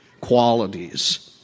qualities